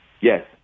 yes